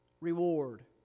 reward